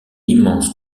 immense